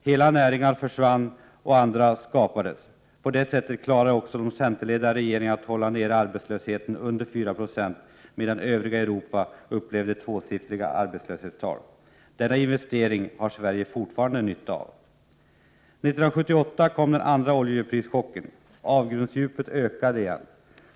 Hela näringar försvann, och andra skapades. På detta sätt klarade de centerledda regeringarna att också hålla nere arbetslösheten under 4 96, medan övriga Europa upplevde tvåsiffriga arbetslöshetsprocenttal. Denna investering har Sverige fortfarande nytta av. År 1978 kom den andra oljeprischocken. Avgrundsdjupet ökade igen.